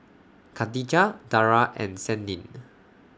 Katijah Dara and Senin